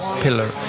pillar